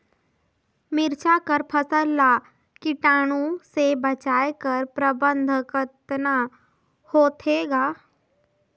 मिरचा कर फसल ला कीटाणु से बचाय कर प्रबंधन कतना होथे ग?